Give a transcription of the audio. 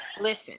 listen